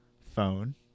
phone